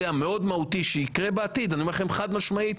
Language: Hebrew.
המאוד מהותי שיקרה בעתיד אני אומר לכם חד משמעית,